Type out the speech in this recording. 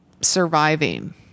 surviving